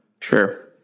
Sure